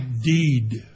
deed